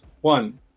One